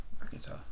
Arkansas